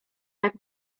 tak